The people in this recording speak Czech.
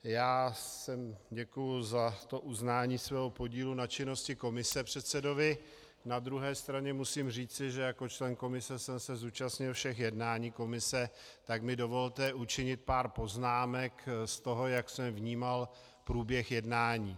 Já děkuji za uznání mého podílu na činnosti komise předsedovi, na druhé straně musím říci, že jako člen komise jsem se zúčastnil všech jednání komise, tak mi dovolte učinit pár poznámek k tomu, jak jsem vnímal průběh jednání.